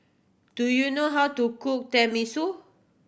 do you know how to cook Tenmusu